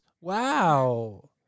Wow